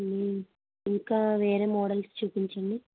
ఇంకా వేరే మోడల్స్ చూపించండి